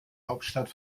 hauptstadt